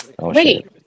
Wait